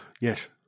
Yes